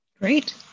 Great